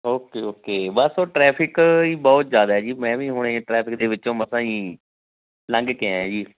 okay okay ਬਸ ਉਹ traffic ਹੀ ਬਹੁਤ ਜ਼ਿਆਦਾ ਜੀ ਮੈਂ ਵੀ ਹੁਣ ਇਹ ਟਰੈਫਿਕ ਦੇ ਵਿੱਚੋਂ ਮਸਾਂ ਹੀ ਲੰਘ ਕੇ ਆਇਆ ਜੀ